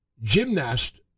gymnast